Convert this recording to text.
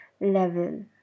level